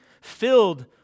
filled